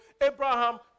Abraham